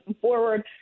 forward